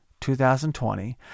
2020